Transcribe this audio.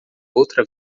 outra